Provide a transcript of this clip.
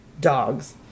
dogs